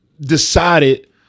decided